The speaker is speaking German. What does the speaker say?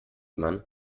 man